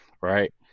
Right